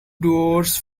doors